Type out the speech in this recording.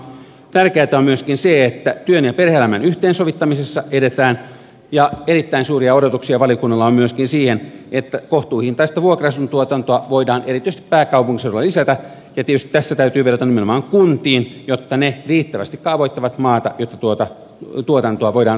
tärkeätä on myöskin se että työn ja perhe elämän yhteensovittamisessa edetään ja erittäin suuria odotuksia valiokunnalla on myöskin siihen että kohtuuhintaista vuokra asuntotuotantoa voidaan erityisesti pääkaupunkiseudulla lisätä ja tietysti tässä täytyy vedota nimenomaan kuntiin jotta ne riittävästi kaavoittavat maata jotta tuotantoa voidaan tosiasiassa tehdä